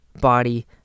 body